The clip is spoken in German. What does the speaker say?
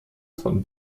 von